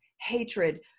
hatred